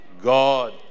God